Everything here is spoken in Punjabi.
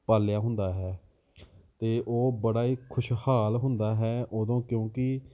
ਪਾਲਿਆ ਹੁੰਦਾ ਹੈ ਅਤੇ ਉਹ ਬੜਾ ਹੀ ਖੁਸ਼ਹਾਲ ਹੁੰਦਾ ਹੈ ਉਦੋਂ ਕਿਉਂਕਿ